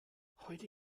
heute